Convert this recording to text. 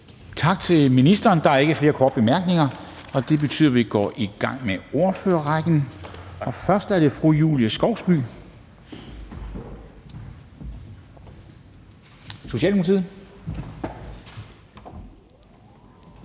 Tak til ministeren. Der er ikke flere korte bemærkninger. Så går vi i gang med ordførerrunden – først er det hr. Bjørn Brandenborg, Socialdemokratiet.